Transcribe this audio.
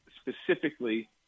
specifically